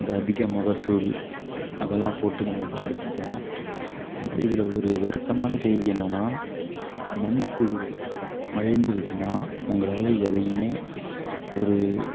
இந்த அதிக மகசூல் அதல்லாம் போட்டு நம்ம கெடுத்துவிட்டோம் இதில் ஒரு வருத்தமான செய்தி என்னென்னா மண்புழு அழிஞ்சிடுச்சுன்னா உங்களால் எதையும் ஒரு